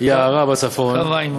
יערה בצפון, קו העימות.